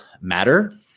matter